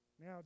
Now